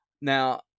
Now